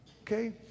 Okay